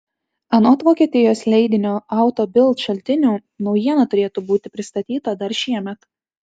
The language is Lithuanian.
anot vokietijos leidinio auto bild šaltinių naujiena turėtų būti pristatyta dar šiemet